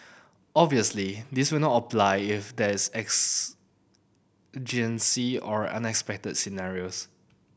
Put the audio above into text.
obviously this will not apply if there's exigencies or unexpected scenarios